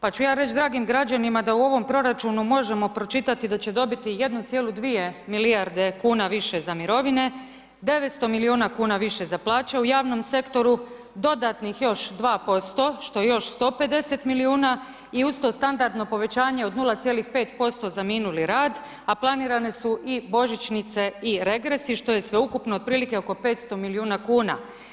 Pa ću ja reći dragim građanima da u ovom proračunu možemo pročitati da će dobiti 1,2 milijarde kuna više za mirovine, 900 milijuna kuna više za plaće u javnom sektoru, dodatnih još 2% što je još 150 milijuna i uz to standardno povećanje od 0,5% za minuli rad, a planirane su i božićnice i regresi što je sve ukupno oko 500 milijuna kuna.